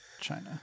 China